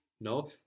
no